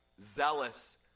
zealous